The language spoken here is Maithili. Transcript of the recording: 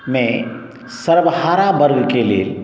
मे सर्वहारा बर्ग के लेल